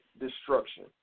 destruction